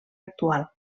actual